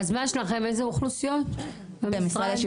איזה אוכלוסיות יש לכם במשרד?